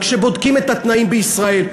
כשבודקים את התנאים בישראל.